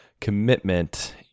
commitment